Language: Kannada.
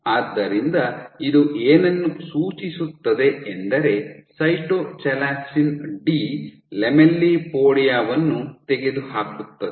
ಆದ್ದರಿಂದ ಇದು ಏನನ್ನು ಸೂಚಿಸುತ್ತದೆ ಎಂದರೆ ಸೈಟೊಚಾಲಾಸಿನ್ ಡಿ ಲ್ಯಾಮೆಲ್ಲಿಪೋಡಿಯಾ ವನ್ನು ತೆಗೆದುಹಾಕುತ್ತದೆ